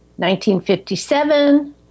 1957